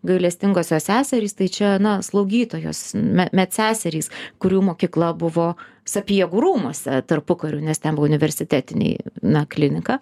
gailestingosios seserys tai čia na slaugytojos me medseserys kurių mokykla buvo sapiegų rūmuose tarpukariu nes ten buvo universitetiniai na klinika